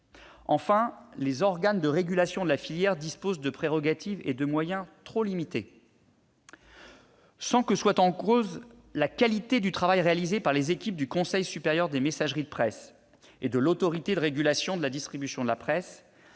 Enfin, les organes de régulation de la filière disposent de prérogatives et de moyens trop limités. Sans que soit en cause la qualité du travail réalisé par les équipes du Conseil supérieur des messageries de presse, le CSMP, et de l'Autorité de régulation de la distribution de la presse,